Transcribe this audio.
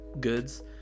goods